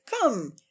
Come